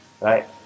right